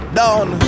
down